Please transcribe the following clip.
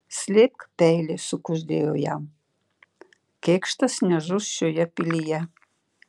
slėpk peilį sukuždėjo jam kėkštas nežus šioje pilyje